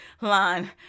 line